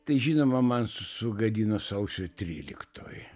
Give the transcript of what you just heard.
tai žinoma man sugadino sausio tryliktoji